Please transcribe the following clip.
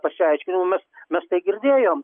pasiaiškinimų mes mes negirdėjom